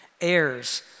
heirs